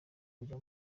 kujya